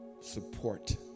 support